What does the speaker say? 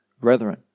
Brethren